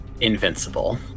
invincible